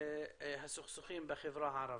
הסכסוכים בחברה הערבית.